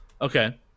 Okay